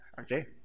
okay